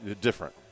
different